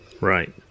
right